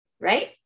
right